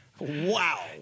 Wow